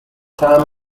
time